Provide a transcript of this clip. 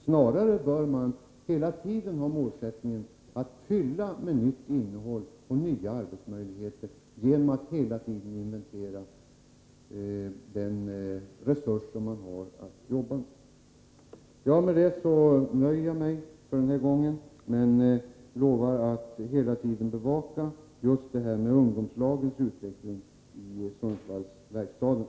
Snarare bör man hela tiden ha målsättningen att fylla upp med nytt innehåll och nya arbetsmöjligheter, genom att hela tiden inventera den resurs som man har att arbeta med. Med detta nöjer jag mig för den här gången, men jag lovar att hela tiden bevaka just detta med ungdomslagens utveckling i Sundsvallsverkstaden.